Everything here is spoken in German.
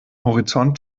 horizont